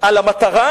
על המטרה,